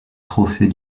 trophée